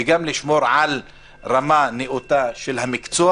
וגם לשמור על רמה נאותה של המקצוע